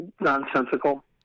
nonsensical